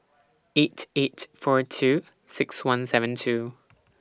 eight eight four two six one seven two